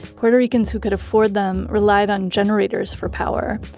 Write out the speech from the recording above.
puerto ricans who could afford them, relied on generators for power.